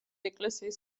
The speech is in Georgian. ეკლესიის